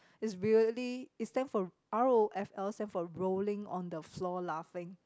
it's really it stand for r_o_f_l stand for rolling on the floor laughing